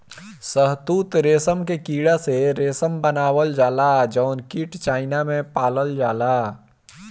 शहतूत रेशम के कीड़ा से रेशम बनावल जाला जउन कीट चाइना में पालल जाला